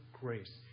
grace